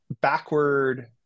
backward